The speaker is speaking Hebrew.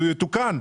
יתוקן.